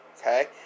Okay